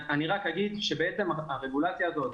הרגולציה הזאת